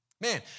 Man